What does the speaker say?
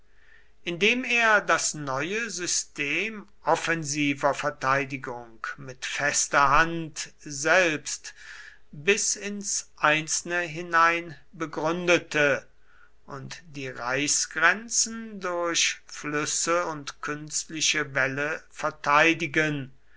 indem er das neue system offensiver verteidigung mit fester hand selbst bis ins einzelne hinein begründete und die reichsgrenzen durch flüsse oder künstliche wälle verteidigen